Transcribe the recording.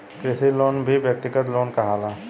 कृषि लोन भी व्यक्तिगत लोन कहाला